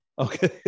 Okay